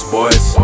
Boys